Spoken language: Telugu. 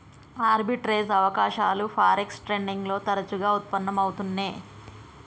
ఆర్బిట్రేజ్ అవకాశాలు ఫారెక్స్ ట్రేడింగ్ లో తరచుగా వుత్పన్నం అవుతున్నై